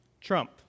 Trump